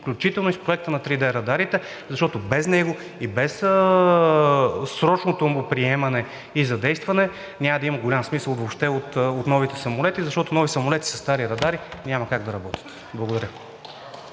включително и с Проекта на 3D радарите, защото без него и без срочното му приемане и задействане няма да има голям смисъл въобще от новите самолети, защото нови самолети със стари радари няма как да работят. Благодаря.